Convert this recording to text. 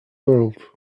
world